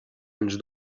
ens